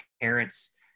parents